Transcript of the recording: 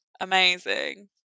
amazing